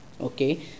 Okay